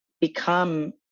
become